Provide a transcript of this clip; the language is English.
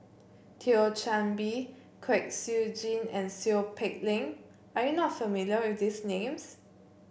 Thio Chan Bee Kwek Siew Jin and Seow Peck Leng are you not familiar with these names